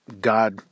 God-